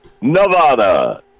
Nevada